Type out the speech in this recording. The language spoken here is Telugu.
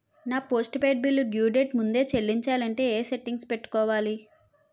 నా post paid bill due date ముందే చెల్లించాలంటే ఎ సెట్టింగ్స్ పెట్టుకోవాలి?